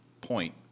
point